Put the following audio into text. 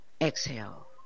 exhale